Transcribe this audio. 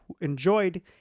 enjoyed